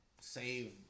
save